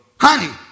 honey